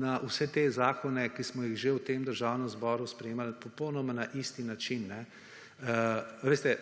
na vse te zakone, ki smo jih že v tem Državnem zboru sprejemali popolnoma na isti način. A veste,